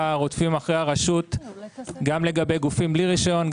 רודפים אחרי הרשות גם לגבי גופים בלי רישיון,